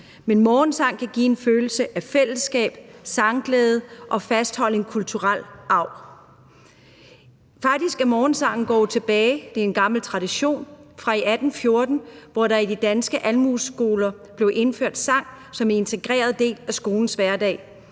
Men morgensang kan give en følelse af fællesskab, sangglæde og fastholde en kulturel arv. Faktisk går morgensang langt tilbage. Det er en gammel tradition fra 1814, hvor der i de danske almueskoler blev indført sang som en integreret del af skolens hverdag.